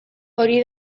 hori